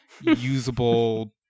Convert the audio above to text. usable